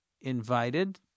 invited